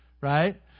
Right